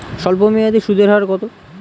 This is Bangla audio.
স্বল্পমেয়াদী সুদের হার কত?